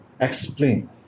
Explain